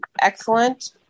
excellent